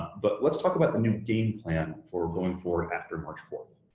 but let's talk about the new game plan for going forward after march fourth.